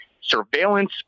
surveillance